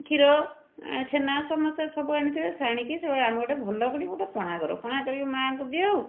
କ୍ଷୀର ଛେନା ସମସ୍ତେ ସବୁ ଆଣିଥିବେ ଆଣିକି ସବୁ ଆମେ ଭଲକରି ଗୋଟେ ପଣା କରୁ ପଣା କରିକି ମା'ଙ୍କୁ ଦେଉ